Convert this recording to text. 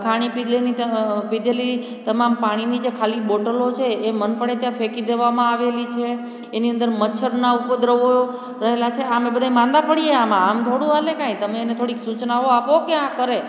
ખાણી પીધેલી પીધેલી તમામ પાણીની જે ખાલી બોટલો છે એ મન પડે ત્યાં ફેંકી દેવામાં આવેલી છે એની અંદર મચ્છરના ઉપદ્રવો રહેલા છે આ અમે બધાય માંદા પડીએ આમાં આમ થોડું હાલે કાંઈ તમે એને થોડીક સૂચનાઓ આપો કે આ કરે